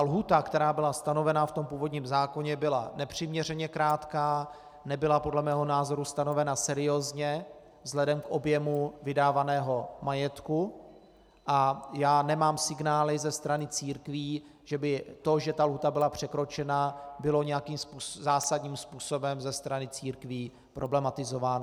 Lhůta, která byla stanovena v tom původním zákoně, byla nepřiměřeně krátká, nebyla podle mého názoru stanovena seriózně vzhledem k objemu vydávaného majetku, a já nemám signály ze strany církví, že by to, že ta lhůta byla překročena, bylo nějakým zásadním způsobem ze strany církví problematizováno.